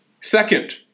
Second